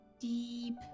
deep